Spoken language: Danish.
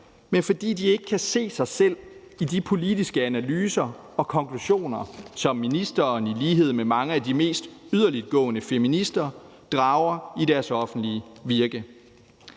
men fordi de ikke kan se sig selv i de politiske analyser og konklusioner, som ministeren i lighed med mange af de mest yderliggående feminister drager i deres offentlige virke.